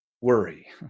worry